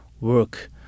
work